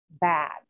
bad